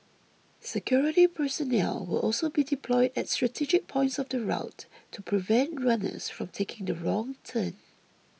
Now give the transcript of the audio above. security personnel will also be deployed at strategic points of the route to prevent runners from taking the wrong turn